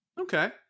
Okay